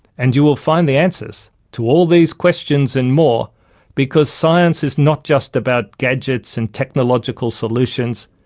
and you will find the answers to all these questions and more because science is not just about gadgets and technological solutions.